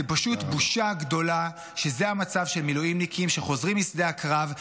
זו פשוט בושה גדולה שזה המצב של מילואימניקים שחוזרים משדה הקרב,